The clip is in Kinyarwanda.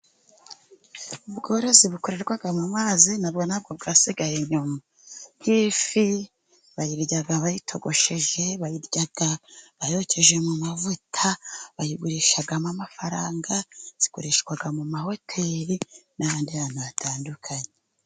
Ubworozi bukorerwa mu mazi na bwo ntabwo bwasigaye inyuma. Nk'ifi bayirya bayitogosheje, bayirya yokeje mu mavuta, bayigurishamo amafaranga, zikoreshwa mu mahoteri n'ahandi hantu hatandukanye.